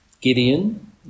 Gideon